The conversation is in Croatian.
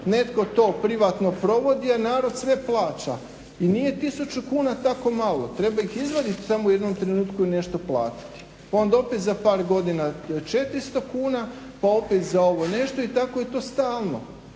netko to privatno provodi a narod sve plaća. I nije 1000 kuna tako malo, treba ih izvaditi samo u jednom trenutku i nešto platiti pa onda opet za par godina 400 kuna, pa opet za ovo nešto i tako je to stalno.